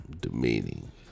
demeaning